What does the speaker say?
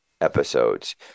episodes